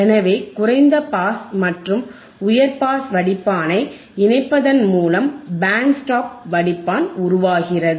எனவே குறைந்த பாஸ் மற்றும் உயர் பாஸ் வடிப்பானை இணைப்பதன் மூலம்பேண்ட் ஸ்டாப் வடிப்பான் உருவாகிறது